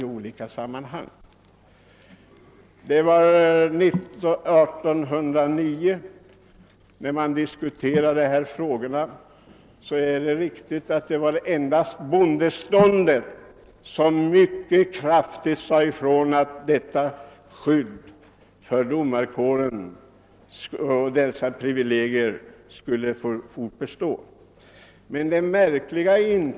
När man år 1809 diskuterade dessa frågor, var det bara bondeståndet som mycket kraftigt sade ifrån att domarkårens privilegier icke borde få fortbestå.